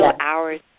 hours